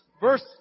Verse